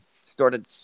started